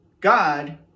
God